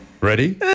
Ready